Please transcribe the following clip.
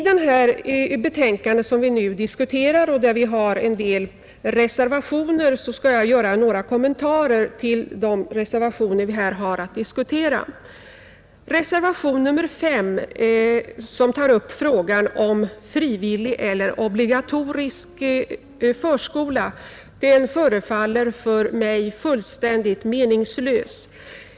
Jag skall göra några kommentarer till de reservationer som fogats till den punkt i betänkandet som vi nu diskuterar. Reservationen 5, som tar upp frågan om frivillig eller obligatorisk förskola, förefaller mig vara fullständigt meningslös.